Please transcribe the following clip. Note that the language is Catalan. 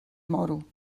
moro